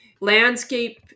landscape